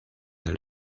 del